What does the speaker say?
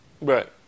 Right